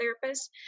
therapist